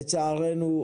לצערנו,